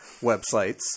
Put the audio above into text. websites